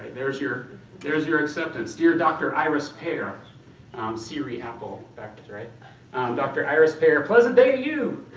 there's your there's your acceptance. dear dr. iris pear siri apple backwards, right dr. iris pear, pleasant day to you!